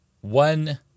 One